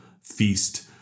feast